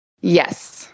yes